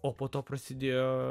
o po to prasidėjo